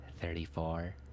Thirty-four